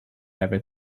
every